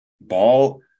Ball